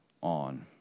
on